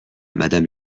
madame